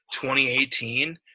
2018